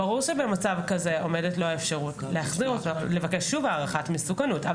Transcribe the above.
ברור שבמצב כזה עומדת לו האפשרות לבקש שוב הערכת מסוכנות.